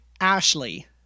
Ashley